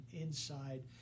inside